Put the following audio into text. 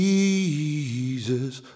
Jesus